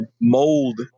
mold